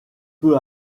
peu